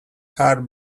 heart